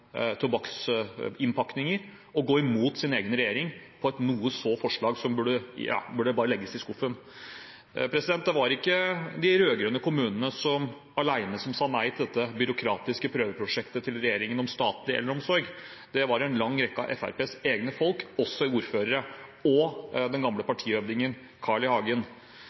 tobakksinnpakninger, til å gå imot sin egen regjering på et forslag som bare burde legges i skuffen. Det var ikke de rød-grønne kommunene alene som sa nei til dette byråkratiske prøveprosjektet til regjeringen om statlig eldreomsorg; det var en lang rekke av Fremskrittspartiets egne folk, også ordførere – og den gamle partihøvdingen Carl I. Hagen.